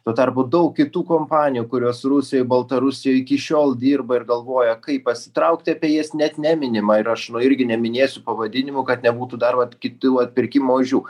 tuo tarpu daug kitų kompanijų kurios rusijoj baltarusijoj iki šiol dirba ir galvoja kaip pasitraukti apie jas net neminima ir aš irgi neminėsiu pavadinimų kad nebūtų dar vat kitų atpirkimo ožių